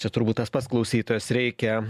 čia turbūt tas pats klausytojas reikia